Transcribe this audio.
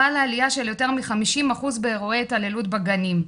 חלה עליה של יותר מ- 50% באירועי התעללות בגנים,